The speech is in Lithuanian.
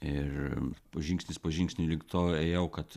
ir po žingsnis po žingsnį link to ėjau kad